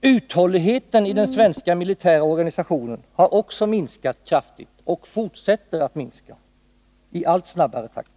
Uthålligheten i den svenska, militära organisationen har också minskat kraftigt och fortsätter att minska i allt snabbare takt.